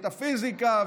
את הפיזיקה,